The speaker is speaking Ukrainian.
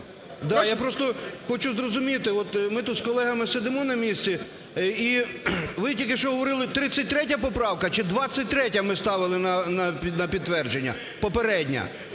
я просто хочу зрозуміти. От ми тут з колегами сидимо на місці. І ви тільки що говорили: 33 поправка чи 23-я, ми ставили на підтвердження, попередня?